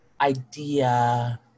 idea